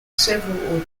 several